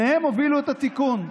שניהם הובילו את התיקון,